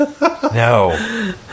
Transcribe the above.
No